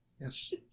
Yes